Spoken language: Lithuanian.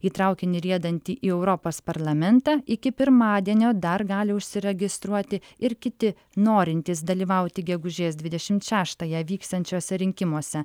į traukinį riedantį į europos parlamentą iki pirmadienio dar gali užsiregistruoti ir kiti norintys dalyvauti gegužės dvidešimt šeštąją vyksiančiuose rinkimuose